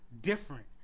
Different